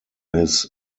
his